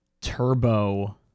Turbo